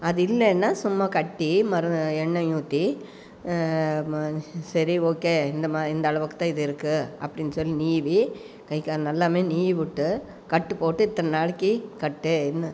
அது இல்லைனா சும்மா கட்டி மறு எண்ணைய் ஊற்றி சரி ஓகே இந்த இந்தளவுக்குதான் இது இருக்குது அப்படினு சொல்லி நீவி கை கால் நல்லா நீவி விட்டு கட்டு போட்டு இத்தனை நாளைக்கி கட்டு